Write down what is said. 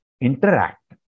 interact